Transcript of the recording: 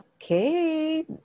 Okay